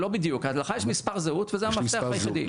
לא בדיוק, לך יש מספר זהות וזה המפתח היחידי.